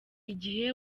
igihe